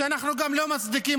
שאנחנו גם לא מצדיקים,